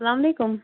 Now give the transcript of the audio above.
اسلام علیکُم